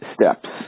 steps